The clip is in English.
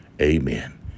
amen